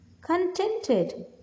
Contented